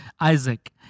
Isaac